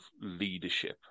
leadership